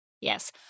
Yes